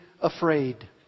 afraid